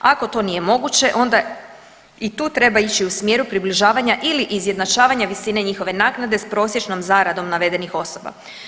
Ako to nije moguće onda i tu treba ići u smjeru približavanja ili izjednačavanja visine njihove naknade s prosječnom zaradom navedenih osoba.